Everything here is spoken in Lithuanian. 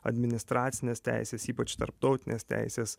administracinės teisės ypač tarptautinės teisės